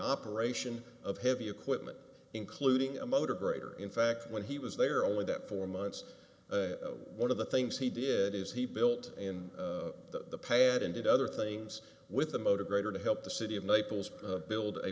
operation of heavy equipment including a motor greater in fact when he was there only that for months one of the things he did is he built in the pad and did other things with the motor grader to help the city of naples build a